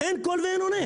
אין קול ואין עונה.